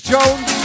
Jones